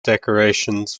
decorations